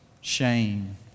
shame